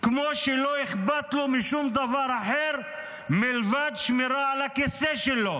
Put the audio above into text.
כמו שלא אכפת לו משום דבר אחר מלבד שמירה על הכיסא שלו